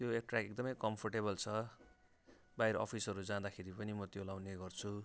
यो ट्र्याक एकदमै कम्फोर्टेबल छ बाहिर अफिसहरू जाँदाखेरि पनि म त्यो लाउने गर्छु